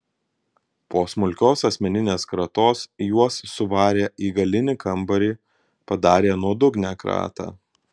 po smulkios asmeninės kratos juos suvarė į galinį kambarį padarė nuodugnią kratą